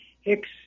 Hicks